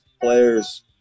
players